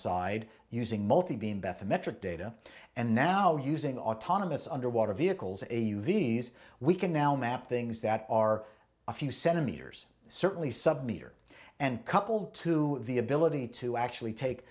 side using multi being betha metric data and now using autonomous underwater vehicles a viz we can now map things that are a few centimeters certainly submitter and coupled to the ability to actually take